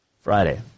Friday